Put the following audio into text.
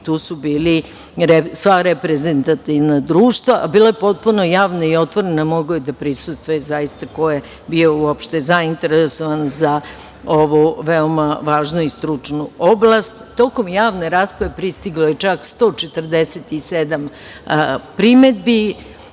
tu su bila sva reprezentativna društva. Bilo je potpuno javno i otvoreno i mogao je da prisustvuje ko je bio uopšte zainteresovan za ovu važnu i stručnu oblast. Tokom javne rasprave pristiglo je čak 147 primedbi.